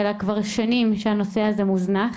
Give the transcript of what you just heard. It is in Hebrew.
אלא כבר שנים שהנושא הזה מוזנח.